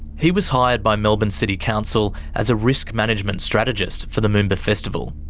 he was hired by melbourne city council as a risk management strategist for the moomba festival.